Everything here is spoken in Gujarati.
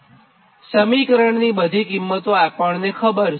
R X COS and SIN ની કિંમતો આપણને ખબર છે